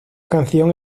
canción